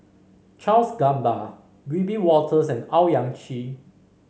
Charles Gamba Wiebe Wolters and Owyang Chi